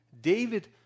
David